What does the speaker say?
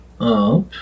up